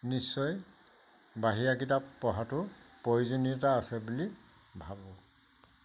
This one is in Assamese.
নিশ্চয় বাহিৰা কিতাপ পঢ়াটোৰ প্ৰয়োজনীয়তা আছে বুলি ভাবোঁ